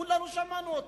כולנו שמענו אותו.